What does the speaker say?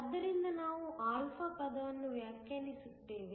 ಆದ್ದರಿಂದ ನಾವು α ಪದವನ್ನು ವ್ಯಾಖ್ಯಾನಿಸುತ್ತೇವೆ